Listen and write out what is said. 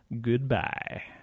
Goodbye